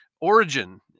origin